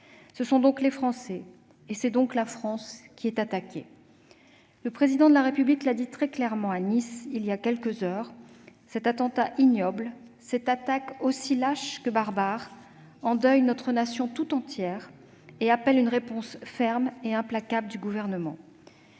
Saoudite. Les Français et la France sont clairement attaqués. Le Président de la République l'a dit, à Nice, il y a quelques heures : cet attentat ignoble, cette attaque aussi lâche que barbare, endeuille notre nation tout entière et appelle une réponse ferme et implacable du Gouvernement.